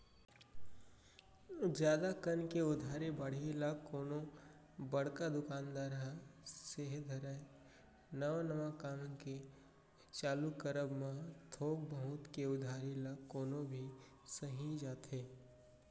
जादा कन के उधारी बाड़ही ल कोनो बड़का दुकानदार ह सेहे धरय नवा नवा काम के चालू करब म थोक बहुत के उधारी ल कोनो भी सहि जाथे